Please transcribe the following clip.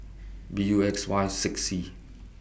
B U X Y six C